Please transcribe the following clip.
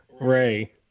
Ray